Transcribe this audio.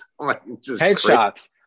headshots